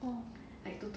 orh